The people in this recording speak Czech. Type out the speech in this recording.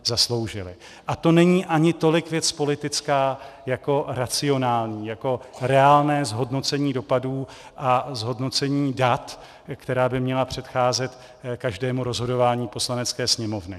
A to není ani tolik věc politická jako racionální, jako reálné zhodnocení dopadů a zhodnocení dat, které by mělo předcházet každému rozhodování Poslanecké sněmovny.